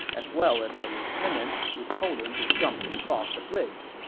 as well as the lieutenant who told him to jump across the bridge.